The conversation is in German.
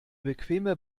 bequeme